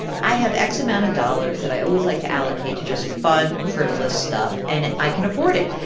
i have x amount of dollars that i always like to allocate to just fun, frivolous stuff, and i can afford it.